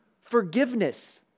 forgiveness